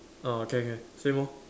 ah okay okay same lor